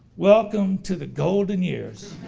welcome to the golden years.